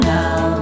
now